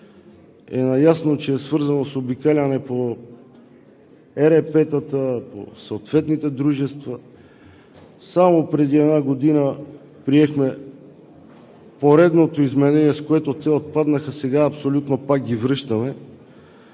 е наясно, че е свързано с обикаляне по ЕРП-тата, съответните дружества. Само преди една година приехме поредното изменение, с което те отпаднаха, сега абсолютно пак ги връщаме.